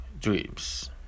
dreams